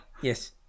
Yes